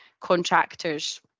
contractors